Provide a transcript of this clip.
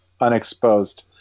unexposed